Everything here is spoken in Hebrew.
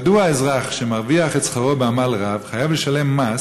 מדוע אזרח שמרוויח את שכרו בעמל רב חייב לשלם מס